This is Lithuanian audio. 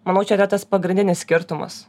manau čia yra tas pagrindinis skirtumas